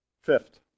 Fifth